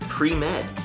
Pre-med